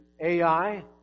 AI